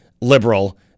liberal